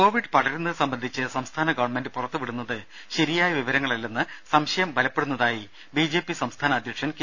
രംഭ Covid പടരുന്നത് സംബന്ധിച്ച് സംസ്ഥാന ഗവൺമെന്റ് പുറത്തുവിടുന്നത് ശരിയായ വിവരങ്ങളല്ലെന്ന് സംശയം ബലപ്പെടുന്നതായി ബിജെപി സംസ്ഥാന അധ്യക്ഷൻ കെ